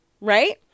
right